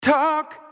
Talk